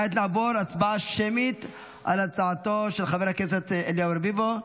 כעת נעבור להצבעה שמית על הצעתו של חבר הכנסת אליהו רביבו.